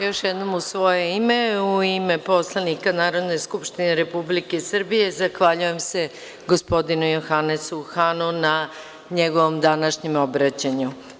Još jednom u svoje ime, u ime poslanika Narodne skupštine Republike Srbije zahvaljujem se gospodinu Johanesu Hanu na njegovom današnjem obraćanju.